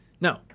No